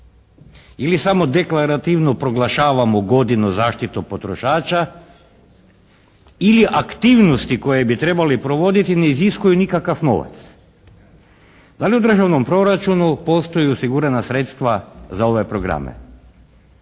Ili samo deklarativno proglašavamo godinu zaštitu potrošača ili aktivnosti koje bi trebali provoditi ne iziskuju nikakav novac. Da li u državnom proračunu postoje osigurana sredstva za ove programe?